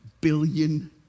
billion